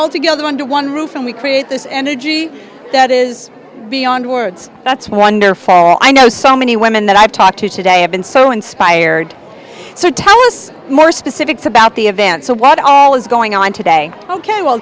all together under one roof and we create this energy that is beyond words that's wonderful i know so many women that i've talked to today have been so inspired so tell us more specifics about the event so what all is going on today ok well